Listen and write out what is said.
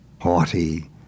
haughty